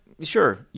sure